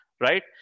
right